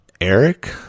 Eric